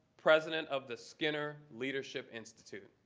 president of the skinner leadership institute.